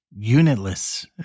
unitless